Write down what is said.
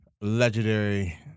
legendary